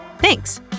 Thanks